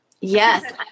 yes